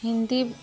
Hindi